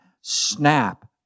Snap